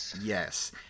Yes